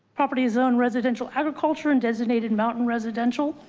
property is zoned residential agriculture and designated mountain residential.